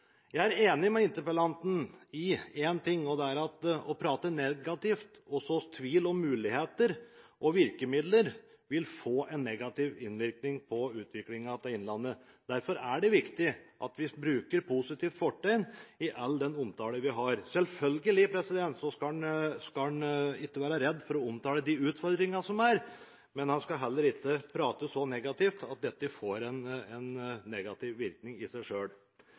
Jeg er enig med interpellanten i én ting, og det er at det å prate negativt og så tvil om muligheter og virkemidler vil få en negativ innvirkning på utviklingen av Innlandet. Derfor er det viktig at vi bruker et positivt fortegn i all omtale. Selvfølgelig skal man ikke være redd for å omtale utfordringene som finnes, men man skal heller ikke prate så negativt at dette får en negativ virkning i seg